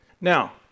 Now